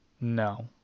No